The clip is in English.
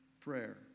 prayer